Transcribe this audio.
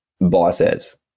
biceps